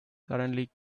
suddenly